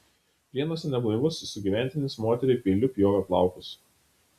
prienuose neblaivus sugyventinis moteriai peiliu pjovė plaukus